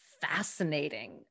fascinating